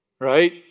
Right